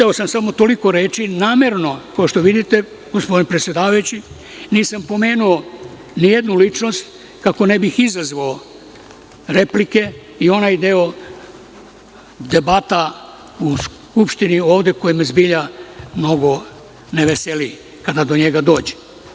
Hteo sam samo toliko reči namerno, kao što vidite predsedavajući, nisam pomenuo ni jednu ličnost, kako ne bih izazvao replike i onaj deo debata u Skupštini ovde, koje me zbilja mnogo ne veseli, kada do njega dođe.